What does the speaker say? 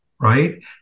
right